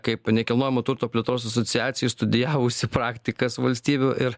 kaip nekilnojamo turto plėtros asociacija išstudijavusi praktikas valstybių ir